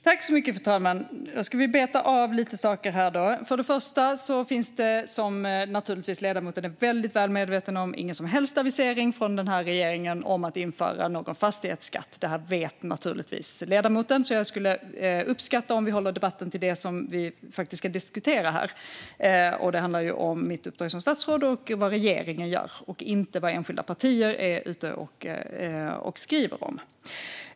Fru talman! Då ska vi beta av lite saker. För det första finns det, vilket ledamoten naturligtvis är väldigt väl medveten om, ingen som helst avisering från regeringen om att införa någon fastighetsskatt. Detta vet naturligtvis ledamoten, så jag skulle uppskatta om vi håller debatten till det som vi ska diskutera här. Det handlar om mitt uppdrag som statsråd och vad regeringen gör, inte om vad enskilda partier är ute och skriver om.